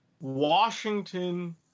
Washington